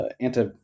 anti